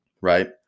right